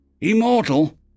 Immortal